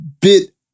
bit